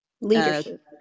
leadership